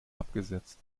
abgesetzt